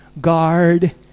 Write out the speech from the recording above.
guard